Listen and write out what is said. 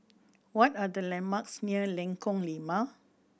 what are the landmarks near Lengkong Lima